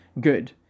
good